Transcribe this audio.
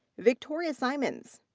victoria symonds.